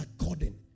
according